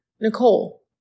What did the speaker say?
Nicole